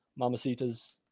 Mamacitas